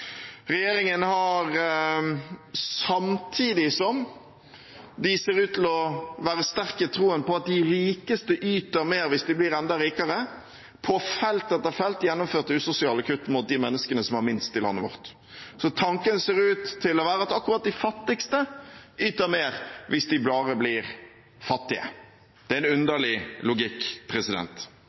Regjeringen har, samtidig som den ser ut til å være sterk i troen på at de rikeste yter mer hvis de blir enda rikere, på felt etter felt gjennomført usosiale kutt mot de menneskene som har minst i landet vårt. Så tanken ser ut til å være at akkurat de fattigste yter mer hvis de bare blir fattigere. Det er en underlig logikk.